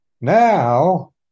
now